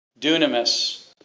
Dunamis